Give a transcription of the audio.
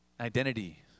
Identity